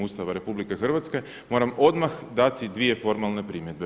Ustava RH, moram odmah dati dvije formalne primjedbe.